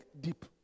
deep